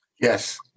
Yes